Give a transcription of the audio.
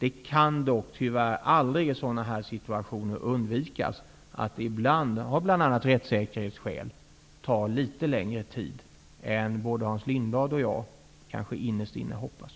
I sådana här situationer kan det dock aldrig undvikas att det ibland, av bl.a. rättssäkerhetsskäl, tar litet längre tid än både Hans Lindblad och jag innerst inne hoppas.